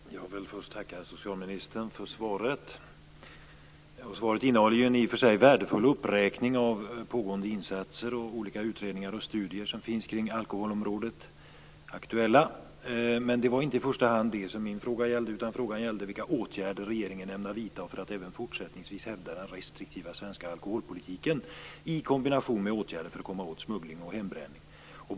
Fru talman! Jag vill först tacka socialministern för svaret. Det innehåller en i och för sig värdefull uppräkning av pågående insatser, olika utredningar och studier som är aktuella på alkoholområdet, men det var inte i första hand det som min fråga gällde, utan den avsåg vilka åtgärder regeringen ämnar vidta för att även fortsättningsvis hävda den restriktiva svenska alkoholpolitiken, i kombination med åtgärder för att komma åt smuggling och hembränning.